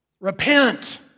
Repent